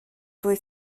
fwy